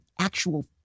actual